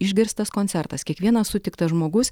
išgirstas koncertas kiekvienas sutiktas žmogus